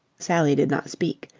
sally did not speak.